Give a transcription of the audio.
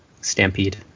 Stampede